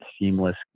seamless